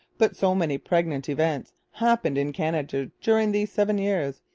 but so many pregnant events happened in canada during these seven years,